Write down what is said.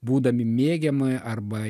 būdami mėgiami arba